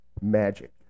Magic